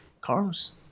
Carlos